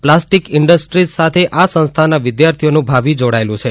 plastic industries સાથે આ સંસ્થાના વિદ્યાર્થીઓનું ભાવિ જોડાયેલું છે